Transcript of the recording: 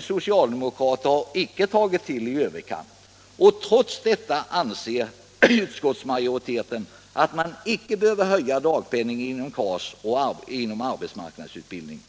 socialdemokrater har icke tagit till i överkant. Trots detta anser utskottsmajoriteten att man inte behöver höja dagspenningen inom KAS och arbetsmarknadsutbildningen.